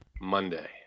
Monday